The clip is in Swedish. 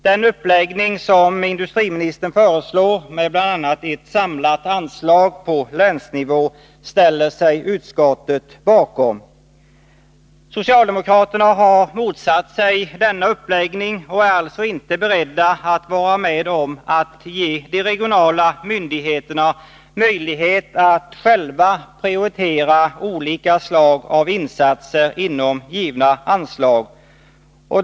Den uppläggning som industriministern föreslår, med bl.a. ett samlat anslag på länsnivå, ställer sig utskottet bakom. Socialdemokraterna har motsatt sig denna uppläggning och är alltså inte beredda att vara med om att ge de regionala myndigheterna möjlighet att själva prioritera olika slag av insatser inom givna anslag.